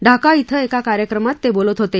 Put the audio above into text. ढाका श्वे एका कार्यक्रमात ते बोलत होते